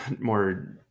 more